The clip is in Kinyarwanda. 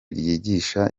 ryigisha